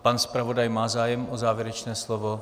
Pan zpravodaj má zájem o závěrečné slovo?